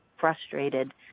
frustrated